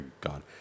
god